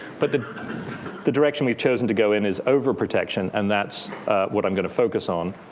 but the the direction we've chosen to go in is overprotection, and that's what i'm going to focus on.